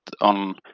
on